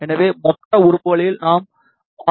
எனவே மொத்த உறுப்புகளில் நாம் ஆர்